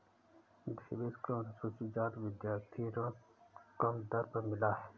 देवेश को अनुसूचित जाति विद्यार्थी ऋण कम दर पर मिला है